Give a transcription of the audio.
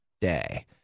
day